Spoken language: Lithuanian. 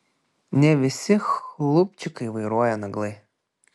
ne visi chlupščikai vairuoja naglai